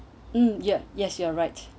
mm yes yes you are right